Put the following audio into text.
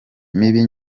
mibi